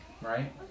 Right